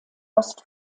ost